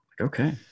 okay